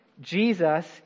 Jesus